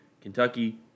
Kentucky